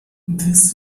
this